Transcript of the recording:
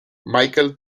michael